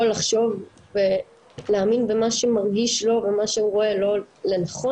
לחשוב ולהאמין במה שמרגיש לו ומה שהוא רואה לו לנכון,